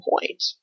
point